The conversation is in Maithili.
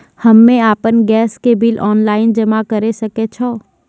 हम्मे आपन गैस के बिल ऑनलाइन जमा करै सकै छौ?